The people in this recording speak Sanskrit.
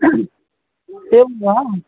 एवं वा